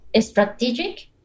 strategic